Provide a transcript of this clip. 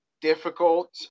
difficult